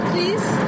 Please